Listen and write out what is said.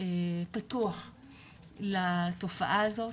פתוח לתופעה הזאת.